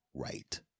right